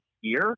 year